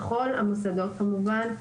בכל המוסדות כמובן,